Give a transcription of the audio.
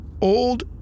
old